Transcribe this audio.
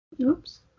Oops